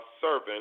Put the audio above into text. servant